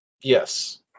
Yes